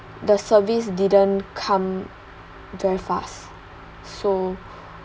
the service didn't come very fast so